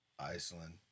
Iceland